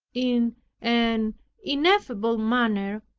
in an ineffable manner,